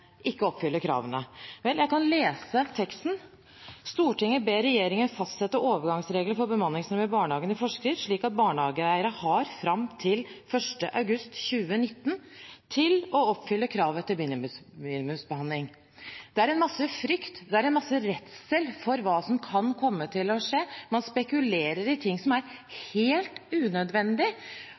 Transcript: ikke oppfyller kravene. Vel, jeg kan lese teksten: «Stortinget ber regjeringen fastsette overgangsregler for bemanningsnorm i barnehagen i forskrift, slik at barnehageeiere har frem til 1. august 2019 til å oppfylle kravet til minimumsbemanning.» Det er en masse frykt – en masse redsel – for hva som kan komme til å skje. Man spekulerer helt unødvendig i ting. Det mener jeg er